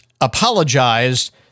apologized